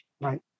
Right